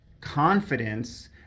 confidence